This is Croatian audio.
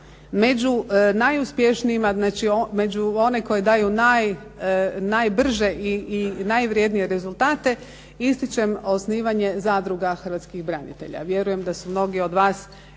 Među najuspješnijima, znači među one koje daju najbrže i najvrednije rezultate ističem osnivanje zadruga hrvatskih branitelja. Vjerujem da su mnogi od vas